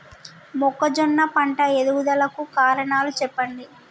మొక్కజొన్న పంట ఎదుగుదల కు కారణాలు చెప్పండి?